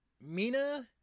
Mina